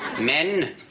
Men